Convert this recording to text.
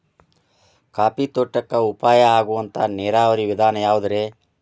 Coffee ತೋಟಕ್ಕ ಉಪಾಯ ಆಗುವಂತ ನೇರಾವರಿ ವಿಧಾನ ಯಾವುದ್ರೇ?